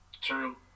True